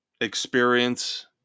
experience